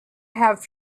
have